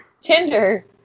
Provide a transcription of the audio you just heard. Tinder